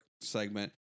segment